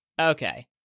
Okay